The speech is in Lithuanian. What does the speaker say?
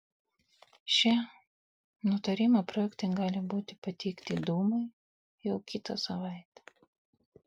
šie nutarimo projektai gali būti pateikti dūmai jau kitą savaitę